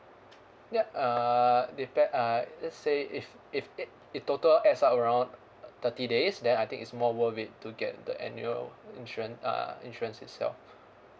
ya uh depend uh let's say if if it it total adds up around thirty days then I think it's more worth it to get the annual insurance uh insurance itself